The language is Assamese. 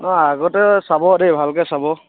নহয় আগতে চাব দেই ভালকে চাব